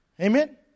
Amen